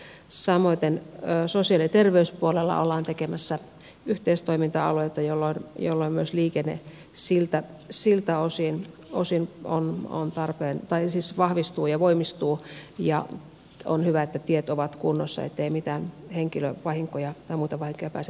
samoiten sosiaali ja terveyspuolella ollaan tekemässä yhteistoiminta alueita jolloin myös liikenne siltä osin ann on tarpeen tai siis vahvistuu ja voimistuu ja on hyvä että tiet ovat kunnossa ettei mitään henkilövahinkoja tai muita vahinkoja pääse tapahtumaan